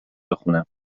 بخونم